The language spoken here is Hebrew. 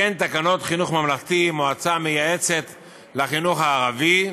תיקן תקנות חינוך ממלכתי (מועצה מייעצת לחינוך הערבי),